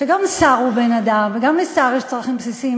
שגם שר הוא בן-אדם וגם לשר יש צרכים בסיסיים,